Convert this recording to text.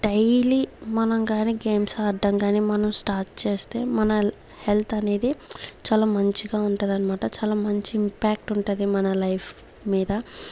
daily మనం కాని games ఆడ్డాం కాని మనం స్టార్ట్ చేస్తే మన హెల్త్ అనేది చాలా మంచిగా ఉంటుందనమాట చాల మంచి ఇంపాక్ట్ ఉంటుంది మన లైఫ్ మీద